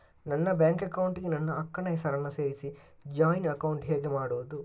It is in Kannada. ನನ್ನ ಬ್ಯಾಂಕ್ ಅಕೌಂಟ್ ಗೆ ನನ್ನ ಅಕ್ಕ ನ ಹೆಸರನ್ನ ಸೇರಿಸಿ ಜಾಯಿನ್ ಅಕೌಂಟ್ ಹೇಗೆ ಮಾಡುದು?